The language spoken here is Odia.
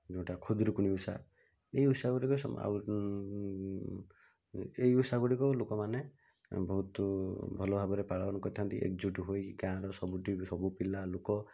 ଯୋଉଁଟା ଖୁଦୁରୁକୁଣୀ ଓଷା ଏହି ଓଷାଗୁଡ଼ିକ ସବୁ ଆଉ ଏଇ ଓଷାଗୁଡ଼ିକ ଲୋକମାନେ ବହୁତ ଭଲ ଭାବରେ ପାଳନ କରିଥାନ୍ତି ଏକଜୁଟ ହୋଇ ଗାଁର ସବୁଠି ସବୁ ପିଲା ଲୋକ